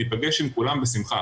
ניפגש עם כולם בשמחה.